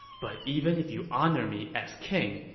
but even if you honor me as king,